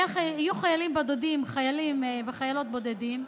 הם היו חיילים וחיילות בודדים.